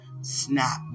snap